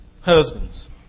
Husbands